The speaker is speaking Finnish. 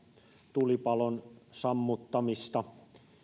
tulipalon sammuttamista